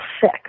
sick